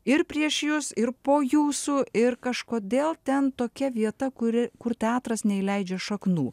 ir prieš jos ir po jūsų ir kažkodėl ten tokia vieta kuri kur teatras neįleidžia šaknų